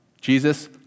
Jesus